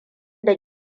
da